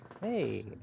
Hey